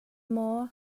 maw